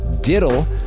Diddle